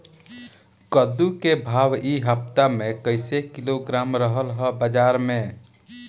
कद्दू के भाव इ हफ्ता मे कइसे किलोग्राम रहल ह बाज़ार मे?